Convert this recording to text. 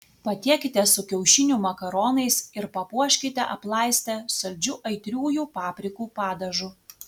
patiekite su kiaušinių makaronais ir papuoškite aplaistę saldžiu aitriųjų paprikų padažu